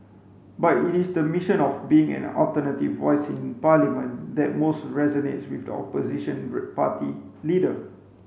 but it is the mission of being an alternative voice in Parliament that most resonates with the opposition party leader